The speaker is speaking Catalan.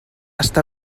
està